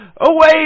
away